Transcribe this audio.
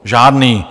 Žádný.